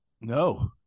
No